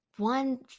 One